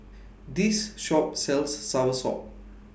This Shop sells Soursop